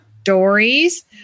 stories